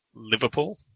Liverpool